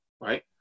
Right